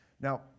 now